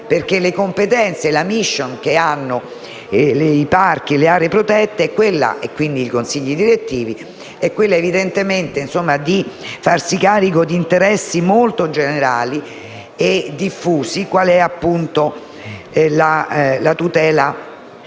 Le competenze e la *mission* che hanno i parchi e le aree protette, e quindi i consigli direttivi, è evidentemente quella di farsi carico di interessi molto generali e diffusi, quali appunto la tutela